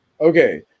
Okay